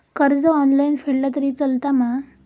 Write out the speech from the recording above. कर्ज ऑनलाइन फेडला तरी चलता मा?